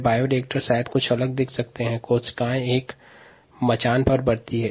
bioreactor में कोशिकाएं scaffold या मचान पर वृद्धि करती हैं जो वांछित अंग के समान संरचना की होती हैं